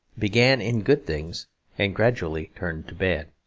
began in good things and gradually turned to bad.